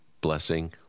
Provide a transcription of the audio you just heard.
blessing